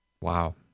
Wow